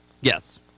Yes